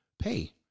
pay